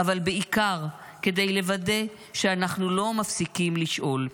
אבל בעיקר כדי לוודא שאנחנו לא מפסיקים לשאול.